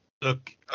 look